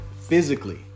physically